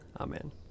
Amen